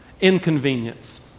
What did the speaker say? Inconvenience